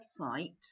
website